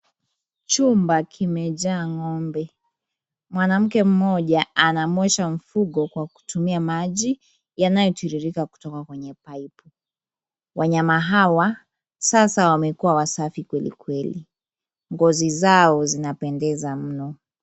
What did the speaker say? Chumba kimejaa ng'ombe..Mwanamke mmoja anamuosha mfugo kwa kutumia maji yanayo tiririka kutoka kwenye paipu. Wanyama hawa sasa wamekuwa wasafi kweli kweli. Ngozi zao zinapendeza mno.